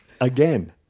again